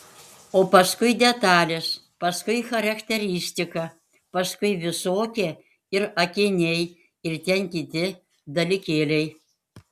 o paskui detalės paskui charakteristika paskui visokie ir akiniai ir ten kiti dalykėliai